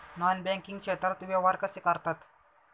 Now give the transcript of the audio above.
Non banking क्षेत्रात व्यवहार कसे करतात?